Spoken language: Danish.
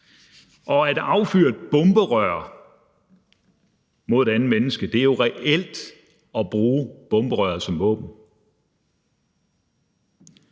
Og at affyre et bomberør mod et andet menneske er jo reelt at bruge bomberøret som våben,